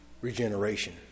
regeneration